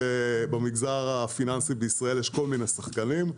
במגזר הפיננסי בישראל יש כל מיני שחקנים.